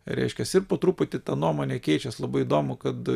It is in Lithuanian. reiškias ir po truputį ta nuomonė keičias labai įdomu kad